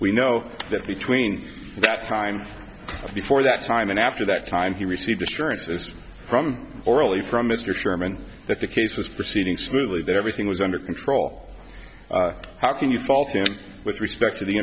we know that the tween that time before that time and after that time he received assurances from orally from mr sherman that the case was proceeding smoothly that everything was under control how can you fault him with respect to the